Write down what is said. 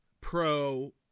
pro